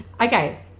Okay